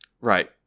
right